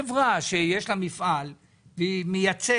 חברה שיש לה מפעל ויש לה